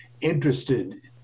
interested